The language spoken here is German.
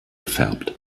gefärbt